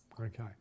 Okay